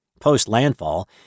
Post-landfall